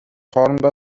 хоорондоо